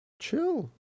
Chill